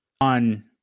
On